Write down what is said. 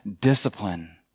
discipline